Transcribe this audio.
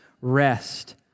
rest